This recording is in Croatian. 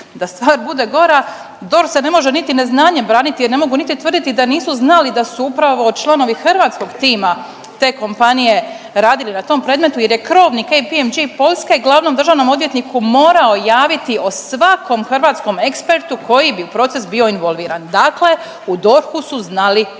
Da stvar bude gora, DORH se ne može niti neznanjem braniti jer ne mogu niti tvrditi da nisu znali da su upravo članovi hrvatskog tima te kompanije radili na tom predmetu jer je krovni KPMG Poljske glavnom državnom odvjetniku morao javiti o svakom hrvatskom ekspertu koji bi u proces bio involviran. Dakle, u DORH-u su znali sve!